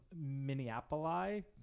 Minneapolis